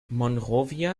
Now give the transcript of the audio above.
monrovia